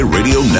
Radio